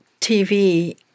TV